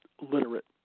literate